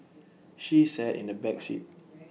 she sat in the back seat